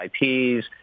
IPs